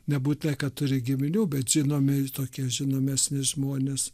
nebūtinai kad turi giminių bet žinomi tokie žinomesni žmonės